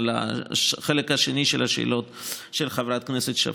החלק השני של השאלות של חברת הכנסת שפיר.